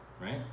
right